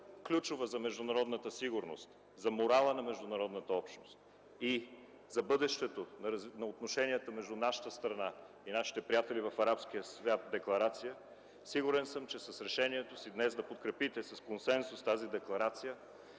ключова за международната сигурност, за морала на международната общност и за бъдещето на отношенията между нашата страна и приятелите ни от арабския свят декларация, сигурен съм, че с решението си днес да подкрепите с консенсус тази декларация